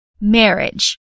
marriage